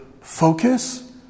focus